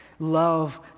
love